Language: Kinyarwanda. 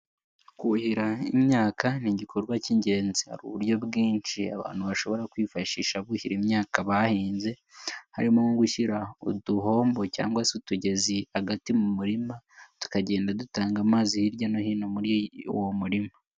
Kuhira imyaka ni igikorwa cy'ingenzi, hari uburyo bwinshi abantu bashobora kwifashisha buhira imyaka bahinze harimo nko gushyira uduhombo cyangwa se utugezi hagati mu murima tukagenda dutanga amazi hirya no hino muri uwo murima.